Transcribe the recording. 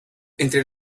entre